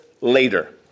later